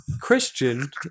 Christian